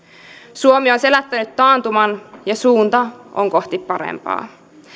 suomi on selättänyt taantuman ja suunta on kohti parempaa